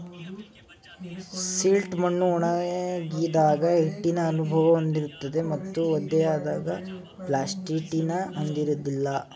silt ಮಣ್ಣು ಒಣಗಿದಾಗ ಹಿಟ್ಟಿನ ಅನುಭವ ಹೊಂದಿರುತ್ತದೆ ಮತ್ತು ಒದ್ದೆಯಾದಾಗ ಪ್ಲಾಸ್ಟಿಟಿನ ಹೊಂದಿರೋದಿಲ್ಲ